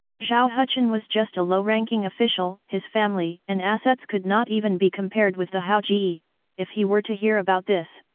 zhao hucheng was just a low ranking official, his family and assets could not even be compared with the hao-ge, if he were to hear about this,